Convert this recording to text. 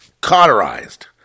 Cauterized